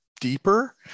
deeper